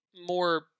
more